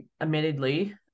admittedly